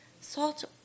salt